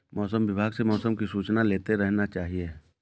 मौसम विभाग से मौसम की सूचना लेते रहना चाहिये?